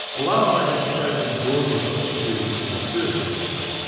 although i have spoken broadly on security in my first lecture,